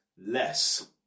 less